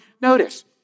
notice